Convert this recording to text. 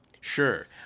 Sure